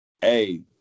hey